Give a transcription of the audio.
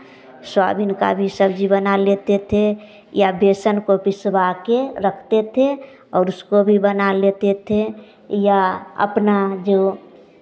soya bean का भी सब्ज़ी बना लेते थे या बेसन को पिसवा कर रखते थे और उसको भी बना लेते थे या अपना जो